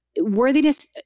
worthiness